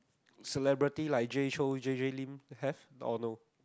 celebrity like Jay-Chou J_J-Lin you have or no